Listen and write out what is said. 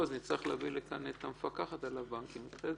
לדווח או להעביר עוד מידעים לרשויות,